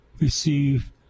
receive